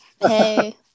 Hey